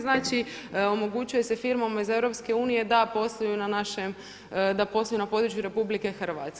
Znači omogućuje se firmama iz EU da posluju na našem, da posluju na području RH.